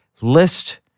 list